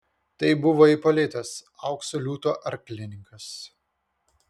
tai buvo ipolitas aukso liūto arklininkas